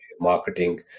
marketing